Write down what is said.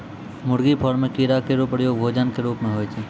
मुर्गी फार्म म कीड़ा केरो प्रयोग भोजन क रूप म होय छै